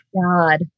god